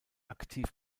aktiv